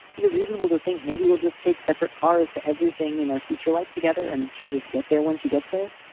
is it reasonable to think maybe we'll just take separate cars to everything in our future life together and she'll just get there when she gets there?